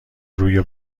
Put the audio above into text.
روی